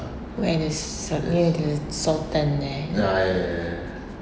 where there's the near the sultan there